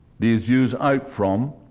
these views out from,